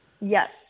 Yes